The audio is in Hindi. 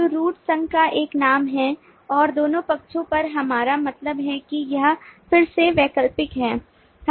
तो root संघ का एक नाम है और दोनों पक्षों पर हमारा मतलब है कि यह फिर से वैकल्पिक है